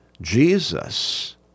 Jesus